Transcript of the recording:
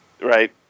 Right